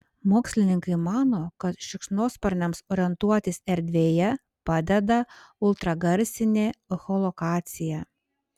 mokslininkai mano kad šikšnosparniams orientuotis erdvėje padeda ultragarsinė echolokacija